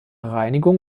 reinigung